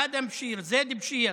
אדהם בשיר, זיד בשיר,